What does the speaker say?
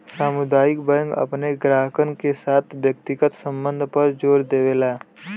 सामुदायिक बैंक अपने ग्राहकन के साथ व्यक्तिगत संबध पर जोर देवला